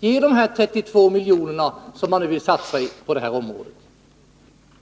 ger de 32 miljonerna som man vill satsa på det här området?